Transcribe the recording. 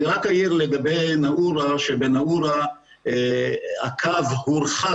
אני רק אעיר לגבי נאעורה בנאעורה הקו הורחק